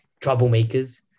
troublemakers